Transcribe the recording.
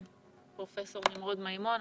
פרופ' נמרוד מימון.